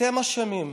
אתם אשמים.